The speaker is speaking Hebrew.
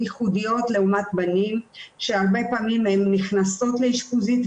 הצלחנו באמצעות תכנית הזנות להוסיף עוד